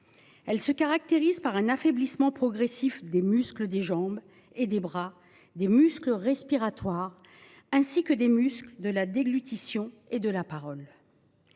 Elle se caractérise par un affaiblissement progressif des muscles des jambes et des bras, des muscles respiratoires, ainsi que des muscles de la déglutition et de la parole.